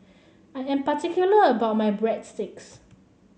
I am particular about my Breadsticks